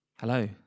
Hello